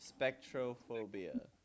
Spectrophobia